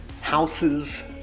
houses